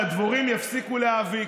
שהדבורים יפסיקו להאביק,